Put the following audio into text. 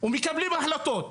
ומקבלים החלטות,